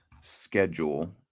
schedule